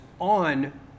on